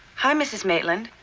hi, mrs. maitland.